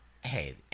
Hey